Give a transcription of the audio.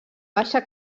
baixa